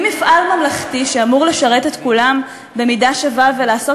ממפעל ממלכתי שאמור לשרת את כולם במידה שווה ולעשות